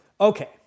Okay